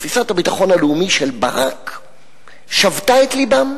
תפיסת הביטחון הלאומי של ברק שבתה את לבם,